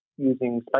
Using